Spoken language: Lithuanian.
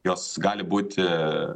jos gali būti